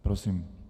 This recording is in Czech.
Prosím.